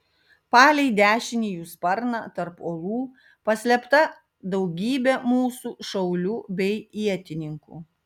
palei dešinį jų sparną tarp uolų paslėpta daugybė mūsų šaulių bei ietininkų